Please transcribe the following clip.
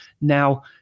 Now